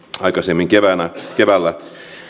aikaisemmin keväällä